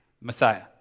Messiah